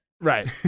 Right